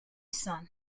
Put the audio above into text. son